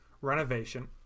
renovation